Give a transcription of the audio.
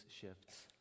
shifts